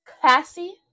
classy